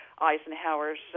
Eisenhower's